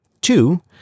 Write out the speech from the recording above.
Two